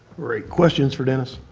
great. questions for dennis?